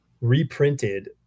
reprinted